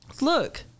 look